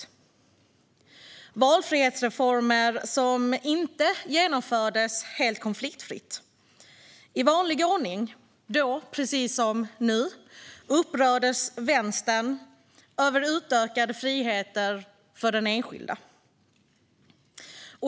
Det var valfrihetsreformer som inte genomfördes helt konfliktfritt. I vanlig ordning, då precis som nu, upprördes vänstern över utökade friheter för den enskilde.